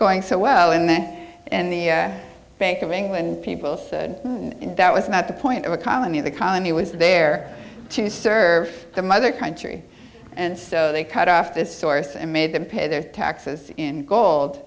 going so well in the end and the bank of england people said that was not the point of a colony of the colony was there to serve the mother country and so they cut off this source and made them pay their taxes in gold